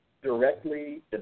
directly